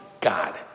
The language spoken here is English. God